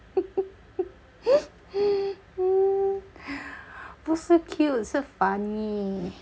不是 cute 是 funny